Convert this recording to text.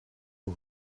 boy